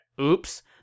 oops